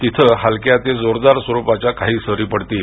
तिथं हलक्या ते जोरदार स्वरूपाच्या काही सारी पडतील